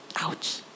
Ouch